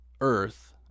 Earth